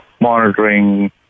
monitoring